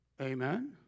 Amen